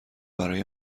برای